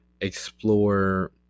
explore